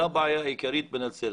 זו הבעיה העיקרית בנצרת.